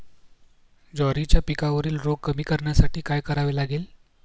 ज्वारीच्या पिकावरील रोग कमी करण्यासाठी काय करावे लागेल?